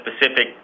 specific